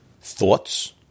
thoughts